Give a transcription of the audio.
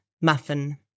Muffin